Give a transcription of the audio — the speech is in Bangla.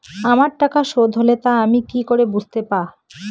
আমার টাকা শোধ হলে তা আমি কি করে বুঝতে পা?